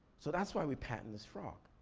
so that's why we patented this frog.